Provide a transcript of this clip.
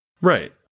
Right